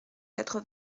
quatre